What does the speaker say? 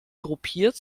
gruppiert